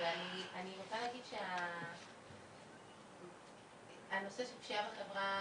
ואני מוכרחה להגיד שהנושא של פשיעה בחברה